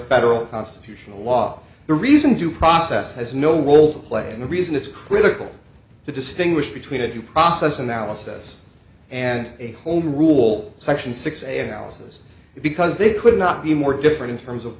federal constitutional law the reason due process has no role to play in the reason it's critical to distinguish between a due process analysis and a home rule section six and houses because they could not be more different in terms of